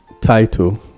title